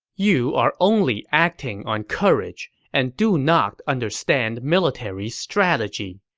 you are only acting on courage and do not understand military strategy.